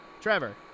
Trevor